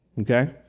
Okay